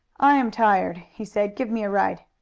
i am tired, he said. give me a ride.